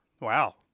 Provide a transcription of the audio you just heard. Wow